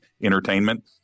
Entertainment